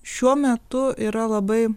šiuo metu yra labai